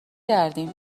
کردیم